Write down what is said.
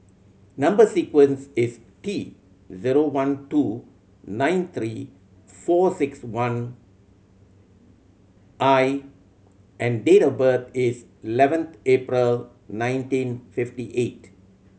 number sequence is T zero one two nine three four six one I and date of birth is eleventh April nineteen fifty eight